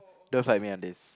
don't fight me on this